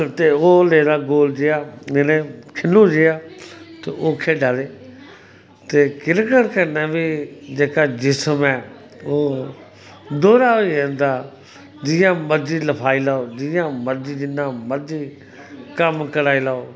ते ओह् लेदा गोल जेहा खिन्नू जेहा ते ओह् खेढा दे ते क्रिकेट कन्नै बी जेह्का जिस्म ऐ ओह् दोह्रा होई जंदा जियां मर्जी लफाई लाओ जिन्ना मर्जी कम्म कराई लैओ